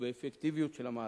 ובאפקטיביות של המערכת.